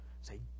say